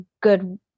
good